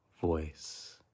voice